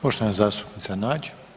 Poštovana zastupnica Nađ.